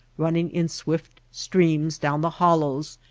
running in swift streams down the hollows,